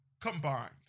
combined